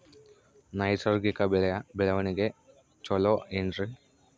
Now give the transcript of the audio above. ನೈಸರ್ಗಿಕ ಬೆಳೆಯ ಬೆಳವಣಿಗೆ ಚೊಲೊ ಏನ್ರಿ?